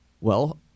Well-